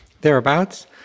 thereabouts